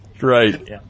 Right